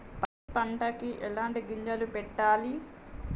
పత్తి పంటకి ఎలాంటి గింజలు పెట్టాలి?